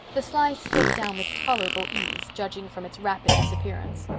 the slice slipped down with tolerable ease, judging from its rapid disappearance.